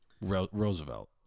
Roosevelt